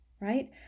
right